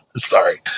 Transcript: Sorry